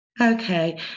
okay